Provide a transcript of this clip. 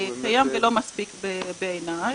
באמת --- כיום זה לא מספיק בעיניי.